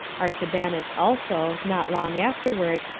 artabanus also, not long afterward,